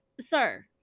sir